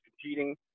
competing